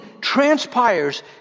transpires